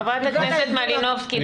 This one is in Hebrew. חברת הכנסת מלינובסקי,